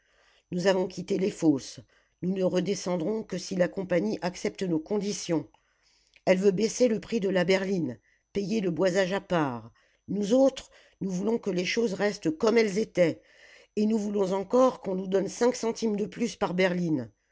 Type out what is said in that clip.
nous avons quitté les fosses nous ne redescendrons que si la compagnie accepte nos conditions elle veut baisser le prix de la berline payer le boisage à part nous autres nous voulons que les choses restent comme elles étaient et nous voulons encore qu'on nous donne cinq centimes de plus par berline